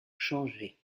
changer